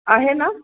आहे ना